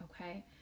Okay